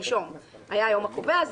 שלשום היה היום הקובע,